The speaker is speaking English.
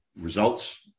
results